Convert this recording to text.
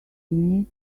need